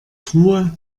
truhe